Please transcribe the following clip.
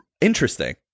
interesting